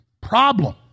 problem